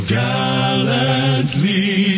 gallantly